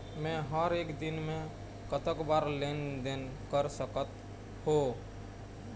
मे हर एक दिन मे कतक बार लेन देन कर सकत हों?